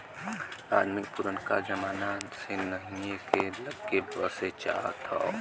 अदमी पुरनका जमाना से नहीए के लग्गे बसे चाहत